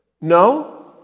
No